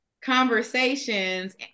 conversations